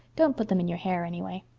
don't put them in your hair, anyway.